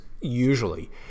usually